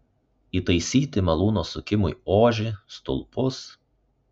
įtaisyti malūno sukimui ožį stulpus